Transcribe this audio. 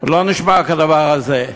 עוד לא נשמע כדבר הזה.